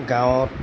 গাঁৱত